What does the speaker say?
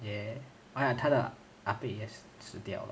ya orh ya 她的阿鹏也是死掉